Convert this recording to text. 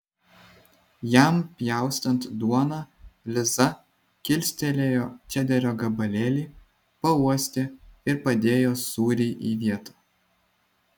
jam pjaustant duoną liza kilstelėjo čederio gabalėlį pauostė ir padėjo sūrį į vietą